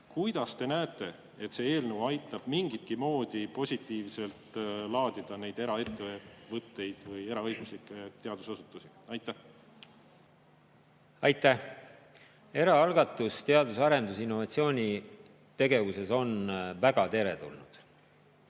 Kuidas te näete, et see eelnõu aitab mingitki moodi positiivselt laadida neid eraettevõtteid või eraõiguslikke teadusasutusi? Eraalgatus teadus-, arendus- ja innovatsioonitegevuses on väga teretulnud.